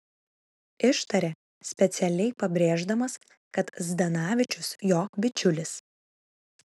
ištarė specialiai pabrėždamas kad zdanavičius jo bičiulis